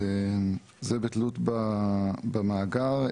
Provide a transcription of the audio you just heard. זה בתלות במאגר.